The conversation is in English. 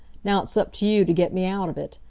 now it's up to you to get me out of it.